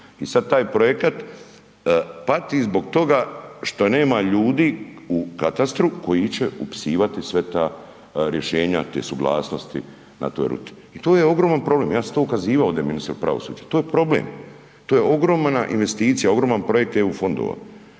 i sad taj projekat pati zbog toga što nema ljudi u katastru koji će upisivati sve ta rješenja, te suglasnosti na toj ruti i to je ogroman problem, ja sam to ukazivao ovdje ministru pravosuđa. To je problem. To je ogromna investicije, ogroman projekt EU fondova.